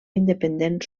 independent